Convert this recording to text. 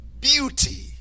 beauty